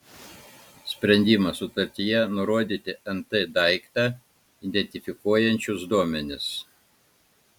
sprendimas sutartyje nurodyti nt daiktą identifikuojančius duomenis